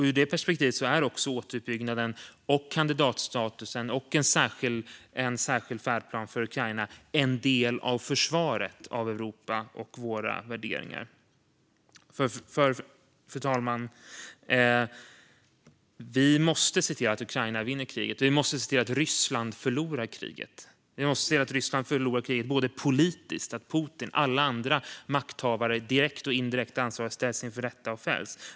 Ur det perspektivet är återuppbyggnaden, kandidatstatusen och en särskild färdplan för Ukraina en del av försvaret av Europa och våra värderingar. Vi måste nämligen se till att Ukraina vinner kriget, fru talman, och vi måste se till att Ryssland förlorar kriget. Vi måste se till att Ryssland förlorar kriget politiskt, så att Putin och alla andra makthavare och direkt och indirekt ansvariga ställs inför rätta och fälls.